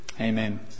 Amen